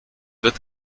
wird